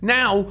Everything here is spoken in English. now